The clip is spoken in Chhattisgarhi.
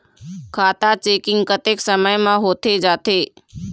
खाता चेकिंग कतेक समय म होथे जाथे?